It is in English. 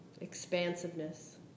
expansiveness